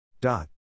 Dot